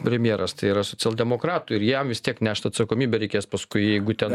premjeras tai yra socialdemokratų ir jam vis tiek nešt atsakomybę reikės paskui jeigu ten